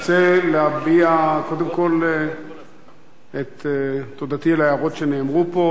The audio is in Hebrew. רוצה להביע קודם כול את תודתי על ההערות שנאמרו פה,